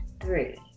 Three